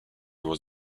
was